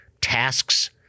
tasks